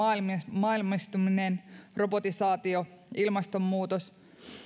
maailmallistuminen robotisaatio ilmastonmuutos